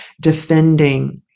defending